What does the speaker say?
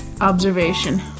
observation